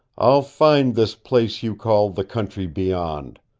i'll find this place you call the country beyond!